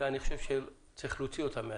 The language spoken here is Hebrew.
אני חושב שצריך להוציא אותם מהתקנות.